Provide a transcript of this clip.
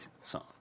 song